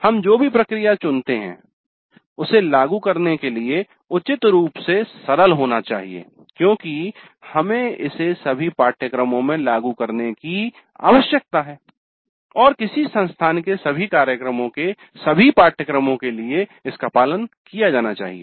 हम जो भी प्रक्रिया चुनते हैं उसे लागू करने के लिए उचित रूप से सरल होना चाहिए क्योंकि हमें इसे सभी पाठ्यक्रमों में लागू करने की आवश्यकता है और किसी संस्थान के सभी कार्यक्रमों के सभी पाठ्यक्रमों के लिए इसका पालन किया जाना चाहिए